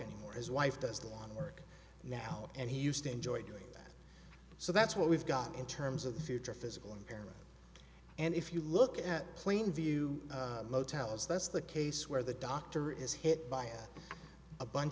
anymore his wife does the lawn work now and he used to enjoy doing that so that's what we've got in terms of the future physical impairment and if you look at plain view motels that's the case where the doctor is hit by a bunch